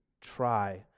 try